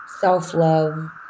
self-love